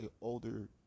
older